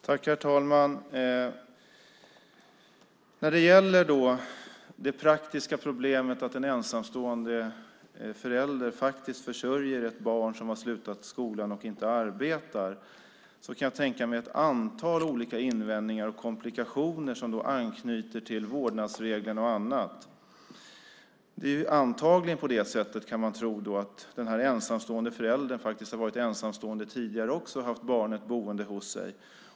Herr talman! När det gäller det praktiska problemet att en ensamstående förälder faktiskt försörjer ett barn som har slutat skolan och inte arbetar kan jag tänka mig ett antal olika invändningar och komplikationer som anknyter till vårdnadsregler och annat. Det är antagligen på det sättet, kan man tro, att den ensamstående föräldern har varit ensamstående också tidigare och haft barnet boende hos sig.